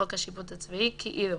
חוק השיפוט הצבאי) כאילו,